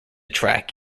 track